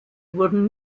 wurden